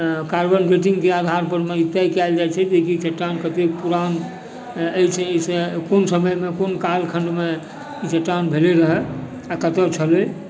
carbon डेटिङ्गके आधारपर मे ई तय कयल जाइ छै की जेकि चट्टान कते पुरान अछि ई कोन समयमे कोन काल खण्डमे चट्टान भेलै रहै आओर कतऽ छलै